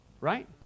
right